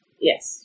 Yes